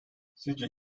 sizce